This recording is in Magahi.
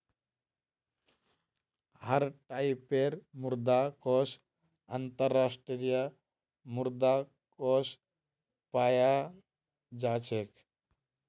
हर टाइपेर मुद्रा कोष अन्तर्राष्ट्रीय मुद्रा कोष पायाल जा छेक